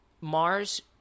Mars